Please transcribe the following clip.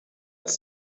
its